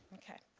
okay.